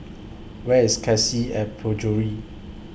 Where IS Cassia At Penjuru